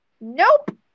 nope